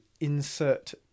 insert